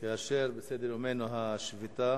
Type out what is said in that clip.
סדר-יומנו השביתה